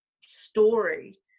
story